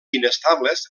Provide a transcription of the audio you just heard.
inestables